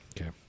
Okay